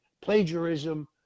plagiarism